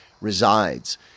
resides